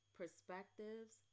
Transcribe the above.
perspectives